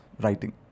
writing